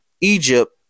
Egypt